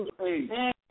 Hey